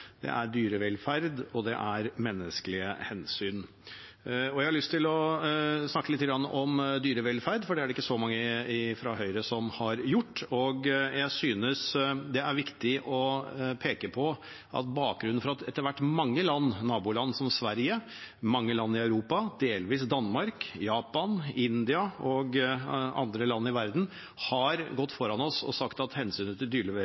det er dyrevelferd, og det er menneskelige hensyn. Jeg har lyst til å snakke litt om dyrevelferd, for det er det ikke så mange fra Høyre som har gjort. Jeg synes det er viktig å peke på at etter hvert mange land – naboland som Sverige, mange land i Europa, delvis i Danmark, Japan, India og andre land i verden – har gått foran oss og sagt at hensynet til